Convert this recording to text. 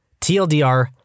TLDR